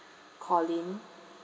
collin